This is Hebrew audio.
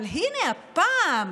אבל הינה, הפעם,